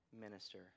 minister